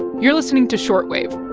you're listening to short wave.